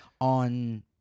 on –